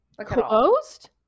Closed